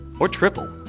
or triple?